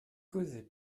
causait